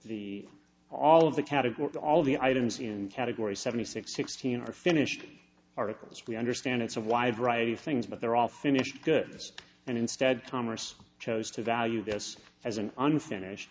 the all of the category all of the items in category seventy six sixteen or finish articles we understand it's a wide variety of things but they're all finished goods and instead commerce chose to value this as an unfinished